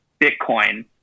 Bitcoin